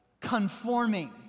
conforming